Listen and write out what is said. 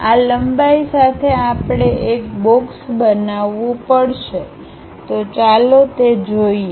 આ લંબાઈ સાથે આપણે એક બોક્સ બનાવવું પડશે તો ચાલો જોઈએ